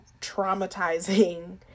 traumatizing